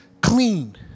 clean